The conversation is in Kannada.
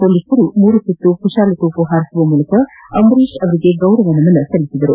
ಪೋಲಿಸರು ಮೂರು ಸುತ್ತು ಕುಶಾಲ ತೋಪು ಹಾರಿಸುವ ಮೂಲಕ ಅಂಬರೀಶ್ ಅವರಿಗೆ ಗೌರವ ನಮನ ಸಲ್ಲಿಸಿದರು